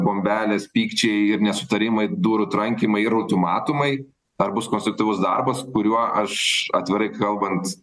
bombelės pykčiai ir nesutarimai durų trankymai ir ultimatumai ar bus konstruktyvus darbas kuriuo aš atvirai kalbant